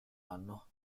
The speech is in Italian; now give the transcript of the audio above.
anno